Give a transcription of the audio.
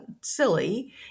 silly